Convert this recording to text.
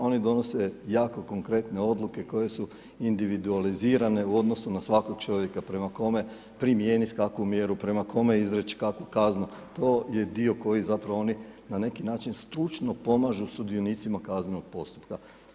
Oni donose jako konkretne odluke koje su individualizirane u odnosu na svakog čovjeka prema kome primijenit kakvu mjeru, prema kome izreć kakvu kaznu to je dio koji zapravo oni na neki način stručno pomažu sudionicima kaznenog postupka.